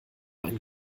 ein